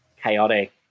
chaotic